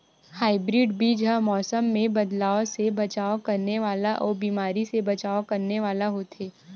hybrid बीज हा मौसम मे बदलाव से बचाव करने वाला अउ बीमारी से बचाव करने वाला होथे